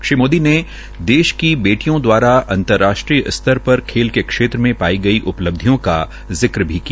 श्री मोदी ने कहा कि देश की बेटियों दवारा अंतर्राष्ट्रीय स्तर पर खेल के क्षेत्र में पाई गई उपलब्धियों का जिक्र भी किया